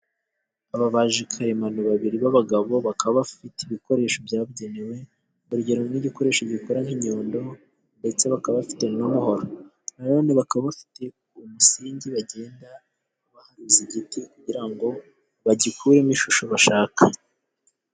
Ababaji karemano babiri b'abagabo, bakaba bafite ibikoresho byabugenewe, urugero nk'igikoresho gikora nk'inyundo, ndetse bakaba bafite n'umuhoro, na none bakaba bafite umusingi bagenda baharuza igiti, kugira ngo bagikuremo ishusho bashaka.